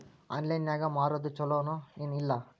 Online ನಾಗ್ ಮಾರೋದು ಛಲೋ ಏನ್ ಇಲ್ಲ?